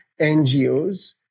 NGOs